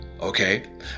Okay